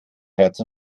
herz